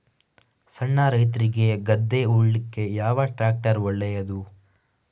ಸಣ್ಣ ರೈತ್ರಿಗೆ ಗದ್ದೆ ಉಳ್ಳಿಕೆ ಯಾವ ಟ್ರ್ಯಾಕ್ಟರ್ ಒಳ್ಳೆದು?